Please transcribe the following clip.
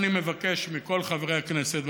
אני מבקש מכל חברי הכנסת,